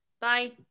Bye